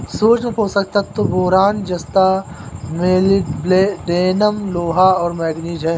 सूक्ष्म पोषक तत्व बोरान जस्ता मोलिब्डेनम लोहा और मैंगनीज हैं